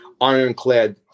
ironclad